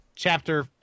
Chapter